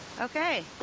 Okay